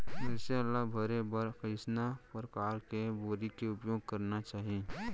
मिरचा ला भरे बर कइसना परकार के बोरी के उपयोग करना चाही?